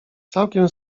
całkiem